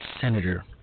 Senator